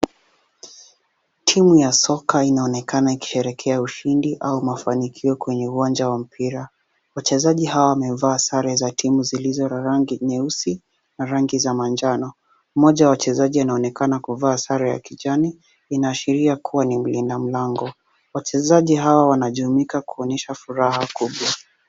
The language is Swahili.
Timu ya soka inaonekana ikisherehekea ushindi au mafanikio kwenye uwanja wa mpira. Wachezaji hawa wamevaa sare za timu zilizo rangi nyeusi na rangi za manjano, mmoja wa wachezaji anaonekana kuvaa sare ya kijani inaashiria kuwa ni mlinda mlango. Wachezaji hawa wanajumuika kuonyesha furaha kubwa.